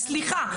סליחה,